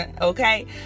okay